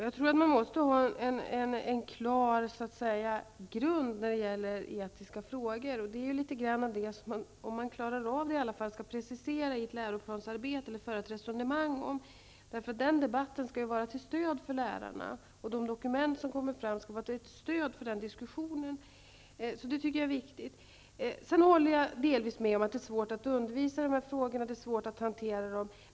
Herr talman! Jag tror att man måste ha en klar grund när det gäller etiska frågor. Det är ju i viss mån det som man -- i alla fall om man klarar av det -- skall precisera eller föra ett resonemang kring i ett läroplansarbete. Den debatten skall vara till stöd för lärarna, och de dokument som kommer fram skall vara ett stöd för den diskussionen. Det är alltså viktigt. Jag håller delvis med om att det är svårt att undervisa i dessa frågor och att det är svårt att hantera dem.